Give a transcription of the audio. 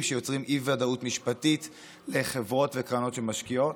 שיוצרים אי-ודאות משפטית לחברות וקרנות שמשקיעות,